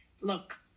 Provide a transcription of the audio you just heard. Look